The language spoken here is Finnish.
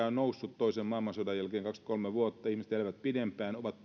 on noussut toisen maailmansodan jälkeen kaksikymmentäkolme vuotta ihmiset elävät pidempään ovat